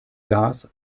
gas